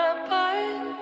apart